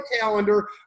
calendar